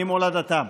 ממולדתם.